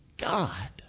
God